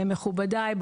מכובדיי,